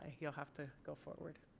you'll have to go forward